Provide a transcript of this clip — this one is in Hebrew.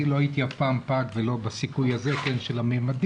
אני לא הייתי אף פעם פג ולא בסיכוי הזה של הממדים,